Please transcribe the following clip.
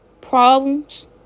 problems